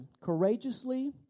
courageously